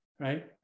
right